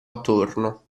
attorno